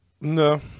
No